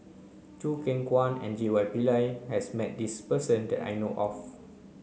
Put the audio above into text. Choo Keng Kwang and J Y Pillay has met this person that I know of